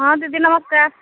ହଁ ଦିଦି ନମସ୍କାର୍